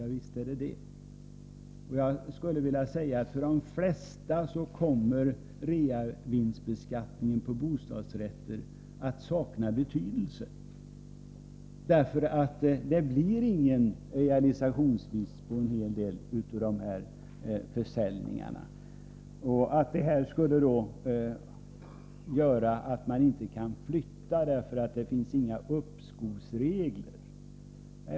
Ja visst, och jag skulle vilja säga att reavinstbeskattningen på bostadsrätter kommer att sakna betydelse för de flesta. Det blir nämligen inte någon realisationsvinst vid en hel del av dessa försäljningar. Det sägs att man inte skulle kunna flytta därför att det inte finns några uppskovsregler.